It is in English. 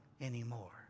anymore